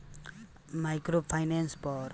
micro finance पर कम समय खातिर ब्याज पर कर्जा मिलेला